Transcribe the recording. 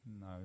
no